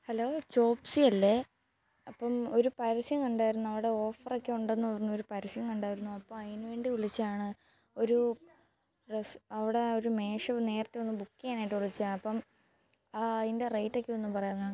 hello ചോപ്സിയല്ലേ അപ്പോള് ഒരു പരസ്യം കണ്ടായിരുന്നു അവിടെ ഓഫറൊക്കെ ഉണ്ടെന്ന് പറഞ്ഞ ഒരു പരസ്യം കണ്ടായിരുന്നു അപ്പോള് അതിനുവേണ്ടി വിളിച്ചതാണ് ഒരു റെസ് അവടെ ഒരു മേഷൂ നേരത്തെ ഒന്ന് ബുക്കെയ്യാനായിട്ട് വിളിച്ചതാണ് അപ്പോള് ആ അതിൻ്റെ റേറ്റൊക്കെ ഒന്ന് പറയാനാണ്